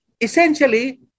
essentially